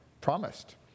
promised